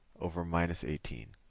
over minus eighteen.